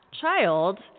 child